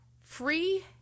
free